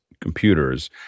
computers